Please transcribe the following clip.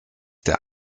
der